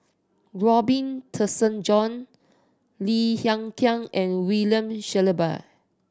Robin Tessensohn Lim Hng Kiang and William Shellabear